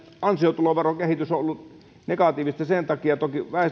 ansiotuloverokehitys on ollut negatiivista sen takia että kun